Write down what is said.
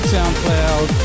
SoundCloud